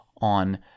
on